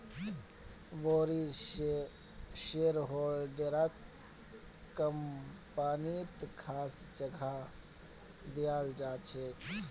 बोरो शेयरहोल्डरक कम्पनीत खास जगह दयाल जा छेक